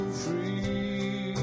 free